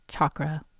chakra